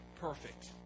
perfect